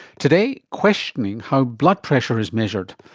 today, questioning how blood pressure is measured.